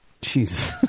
Jesus